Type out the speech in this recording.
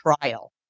trial